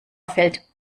fällt